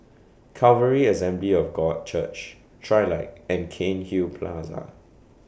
Calvary Assembly of God Church Trilight and Cairnhill Plaza